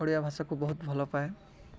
ଓଡ଼ିଆ ଭାଷାକୁ ବହୁତ ଭଲ ପାଏ